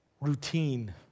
routine